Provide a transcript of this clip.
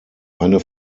eine